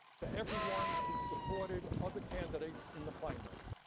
to everyone who supported other candidates in the primary,